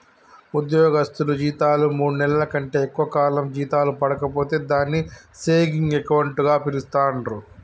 ఉద్యోగస్తులు జీతాలు మూడు నెలల కంటే ఎక్కువ కాలం జీతాలు పడక పోతే దాన్ని సేవింగ్ అకౌంట్ గా పిలుస్తాండ్రు